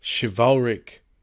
chivalric